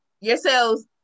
Yourselves